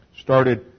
started